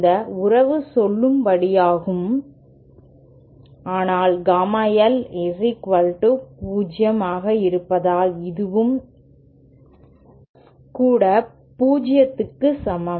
இந்த உறவு செல்லுபடியாகும் ஆனால் காமா L 0 ஆக இருப்பதால் இதுவும் கூட 0 க்கு சமம்